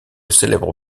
célèbre